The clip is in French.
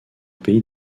pays